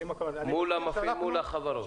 מול החברות.